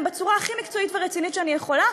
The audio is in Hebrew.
בצורה הכי מקצועית ורצינית שאני יכולה,